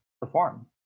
perform